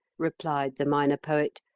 replied the minor poet,